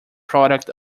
product